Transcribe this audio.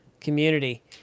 community